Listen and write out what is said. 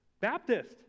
Baptist